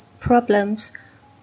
problems